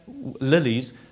lilies